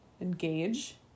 engage